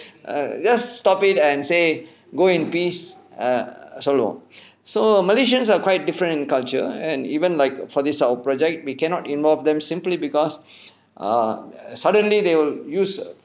err just stop it and say go in peace err solo so malaysians are quite different in culture and even like for this our project we cannot involve them simply because err suddenly they will use